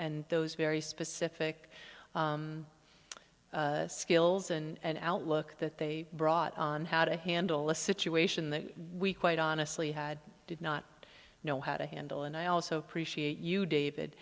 and those very specific skills and outlook that they brought on how to handle a situation that we quite honestly had did not know how to handle and i also appreciate you david